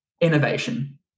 innovation